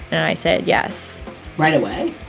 and i said yes right away?